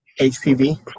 HPV